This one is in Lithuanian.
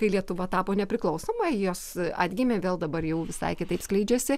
kai lietuva tapo nepriklausoma jos atgimė vėl dabar jau visai kitaip skleidžiasi